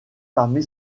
parmi